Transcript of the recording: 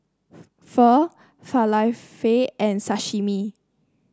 Pho Falafel and Sashimi